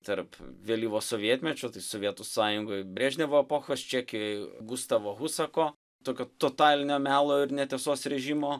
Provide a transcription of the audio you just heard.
tarp vėlyvo sovietmečio tai sovietų sąjungoje brežnevo epochos čekijoj gustavo husako tokio totalinio melo ir netiesos režimo